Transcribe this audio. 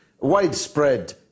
Widespread